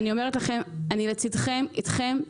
אני אומרת לכם: אני לצדכם, אתכם.